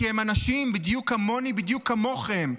כי הם אנשים בדיוק כמוני ובדיוק כמוכם.